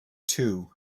two